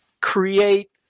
create